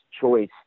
choice